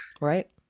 Right